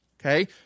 Okay